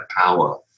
power